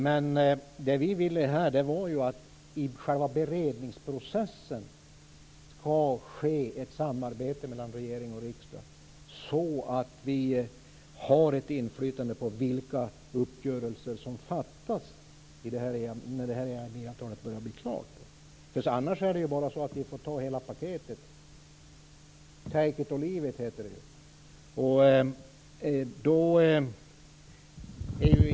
Men det vi ville här var att det skall ske ett samarbete mellan regeringen och riksdagen i själva beredningsprocessen, så att vi har ett inflytande över vilka uppgörelser som träffas när det här nya avtalet börjar bli klart. Annars får vi ju bara ta hela paketet - take it or leave it, heter det ju.